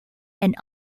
and